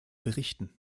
berichten